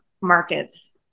markets